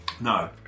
No